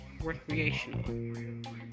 recreational